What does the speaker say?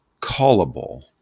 callable